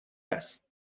است